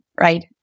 right